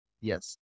Yes